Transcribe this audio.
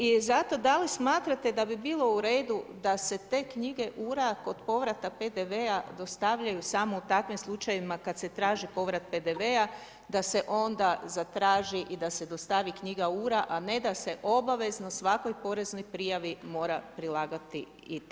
I zato da li smatrate da bi bilo u redu da se te knjige ura kod povrata PDV-a dostavljaju samo u takvim slučajevima kada se traži povrat PDV-a da se onda zatraži i da se dostavi knjiga U-RA a ne da se obavezno svakoj poreznoj prijavi mora prilagati i taj dokument.